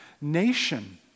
nation